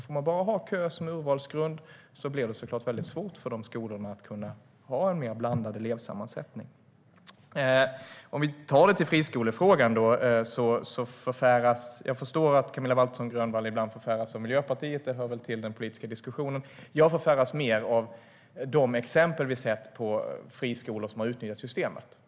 Får man bara ha kö som urvalsgrund blir det såklart väldigt svårt för de skolorna att ha en mer blandad elevsammansättning. Jag förstår att Camilla Waltersson Grönvall ibland förfäras av Miljöpartiet. Det hör väl till den politiska diskussionen. Jag förfäras mer av de exempel vi sett på friskolor som utnyttjat systemet.